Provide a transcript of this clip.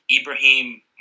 Ibrahim